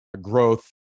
growth